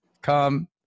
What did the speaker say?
come